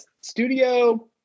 studio